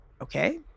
Okay